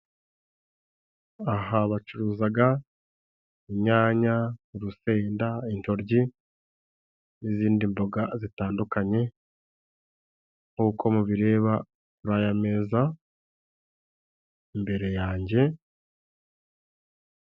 Aha bacuruza inyanya, uruseda, intoryi n'izindi mboga zitandukanye nk'uko mubireba kuri aya meza imbere yanjye.